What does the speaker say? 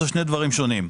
אלה שני דברים שונים.